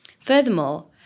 Furthermore